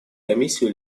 комиссию